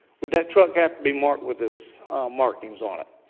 would that truck have to be marked with this markings on it?